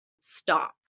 stop